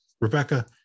rebecca